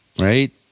right